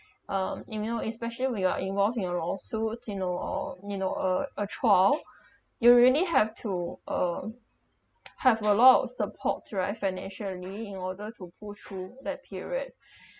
um if you know especially when you are involved in a lawsuit you know or you know a a trial you really have to uh have a lot of support throughout financially in order to pull through that period